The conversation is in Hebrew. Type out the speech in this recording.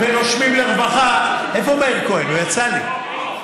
ונושמים לרווחה, איפה מאיר כהן, הוא יצא לי.